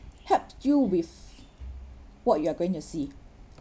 help you with what you are going to see